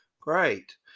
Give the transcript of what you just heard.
Great